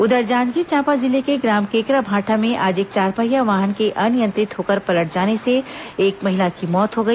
उधर जांजगीर चांपा जिले के ग्राम केकराभाठा में आज एक चारपहिया वाहन के अनियंत्रित होकर पलट जाने से एक महिला की मौत हो गई